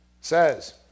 Says